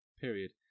period